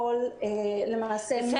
מ-100% פעילות,